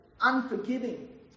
unforgiving